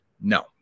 No